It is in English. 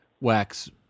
wax